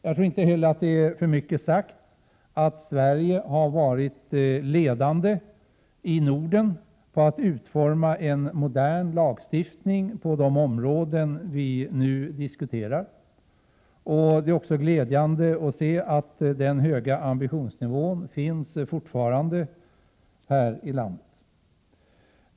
Jag tror inte heller att det är för mycket sagt att Sverige har varit ledande i Norden i fråga om att utforma en modern lagstiftning inom de områden som vi nu diskuterar. Det är också glädjande att se att vi fortfarande har en hög ambitionsnivå här i landet.